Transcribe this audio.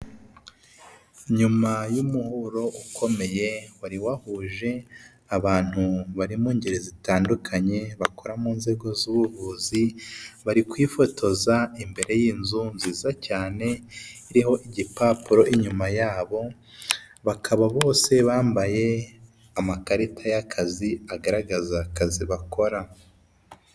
Nyuma y'umuhuro ukomeye wari wahuje abantu bari mu ngeri zitandukanye, bakora mu nzego z'ubuvuzi bari kwifotoza imbere y'inzu nziza cyane iriho igipapuro inyuma yabo, bakaba bose bambaye amakarita y'akazi agaragaza akazi bakora.